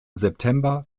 september